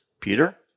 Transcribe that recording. Peter